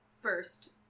first